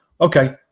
Okay